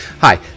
hi